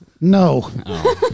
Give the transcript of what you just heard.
No